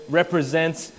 represents